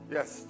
Yes